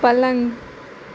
پَلنٛگ